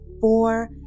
four